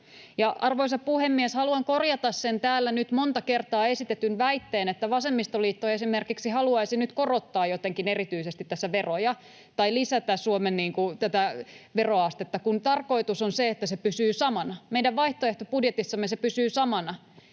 Arvoisa puhemies! Haluan korjata sen täällä nyt monta kertaa esitetyn väitteen, että vasemmistoliitto esimerkiksi haluaisi nyt tässä korottaa jotenkin erityisesti veroja tai lisätä Suomen veroastetta, kun tarkoitus on se, että se pysyy samana. Meidän vaihtoehtobudjetissamme se pysyy samana.